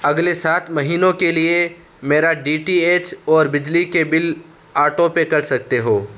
اگلے سات مہینوں کے لیے میرا ڈی ٹی ایچ اور بجلی کے بل آٹو پے کر سکتے ہو